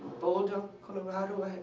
boulder, colorado,